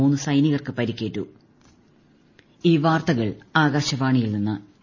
മുന്ന് സൈനികർക്ക് പരി്ക്കേറ്റു്